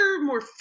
more